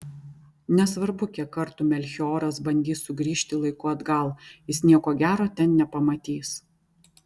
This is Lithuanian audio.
nesvarbu kiek kartų melchioras bandys sugrįžti laiku atgal jis nieko gero ten nepamatys